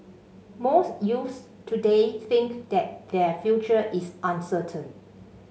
most youths today think that their future is uncertain